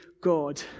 God